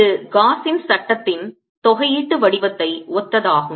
இது காஸின் சட்டத்தின் தொகையீட்டு வடிவத்தை ஒத்ததாகும்